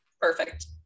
Perfect